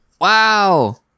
Wow